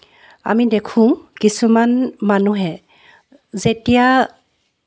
আমি দেখোঁ কিছুমান মানুহে যেতিয়া